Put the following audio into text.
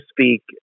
speak